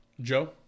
Joe